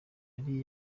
yari